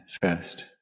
first